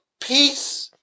peace